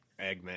Eggman